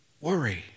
worry